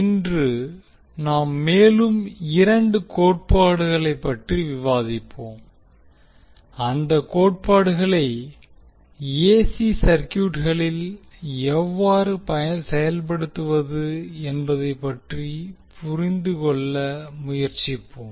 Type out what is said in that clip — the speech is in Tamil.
இன்று நாம் மேலும் இரண்டு கோட்பாடுகளைப் பற்றி விவாதிப்போம் அந்த கோட்பாடுகளை ஏசி சர்க்யூட்களில் எவ்வாறு செயல்படுத்துவது என்பதை பற்றி புரிந்துகொள்ள முயற்சிப்போம்